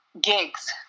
gigs